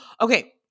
Okay